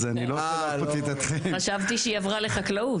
אז אני --- חשבתי שהיא עברה לחקלאות.